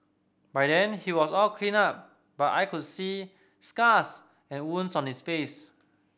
by then he was all cleaned up but I could see scars and wounds on his face